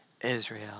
Israel